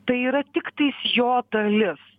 tai yra tiktais jo dalis